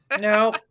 no